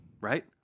Right